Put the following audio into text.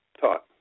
taught